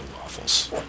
waffles